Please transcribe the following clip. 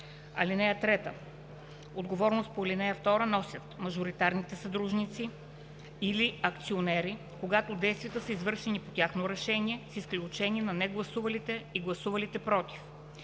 лице. (3) Отговорност по ал. 2 носят мажоритарни съдружници или акционери, когато действията са извършени по тяхно решение, с изключение на негласувалите и гласувалите против.